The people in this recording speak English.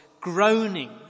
groaning